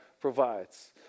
provides